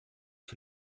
für